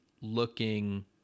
looking